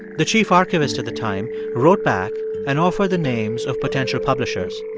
the chief archivist at the time wrote back and offered the names of potential publishers.